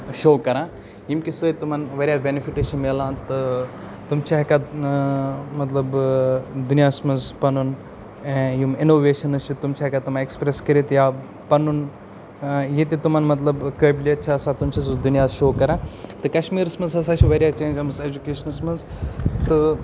show کَران ییٚمکہِ سۭتۍ تِمَن واریاہ بٮ۪نِفِٹٕس چھِ ملِان تہٕ تِم چھِ ہٮ۪کان مطلب دُنیاہس منٛز پَنُن یِم اِنوویشَنٕز چھِ تِم چھِ ہٮ۪کان تِم اٮ۪کسپرٛٮ۪س کٔرِتھ یا پَنُن یہِ تہِ تِمَن مطلب قٲبلیت چھِ آسان تِم چھِ سُہ دُنیاہس شو کَران تہٕ کَشمیٖرَس منٛز ہَسا چھِ واریاہ چینٛج آمٕژ اٮ۪جوکیشنَس منٛز تہٕ